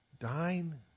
dine